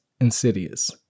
insidious